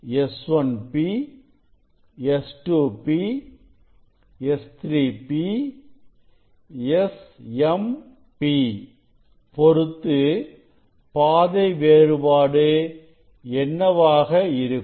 S 1 P S 2 P S 3 P Sm P பொருத்து பாதை வேறுபாடு என்னவாக இருக்கும்